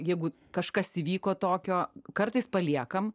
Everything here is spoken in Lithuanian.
jeigu kažkas įvyko tokio kartais paliekam